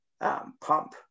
pump